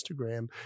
Instagram